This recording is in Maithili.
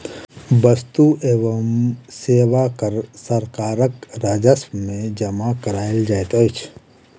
वस्तु एवं सेवा कर सरकारक राजस्व में जमा कयल जाइत अछि